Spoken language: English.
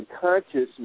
consciousness